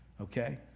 okay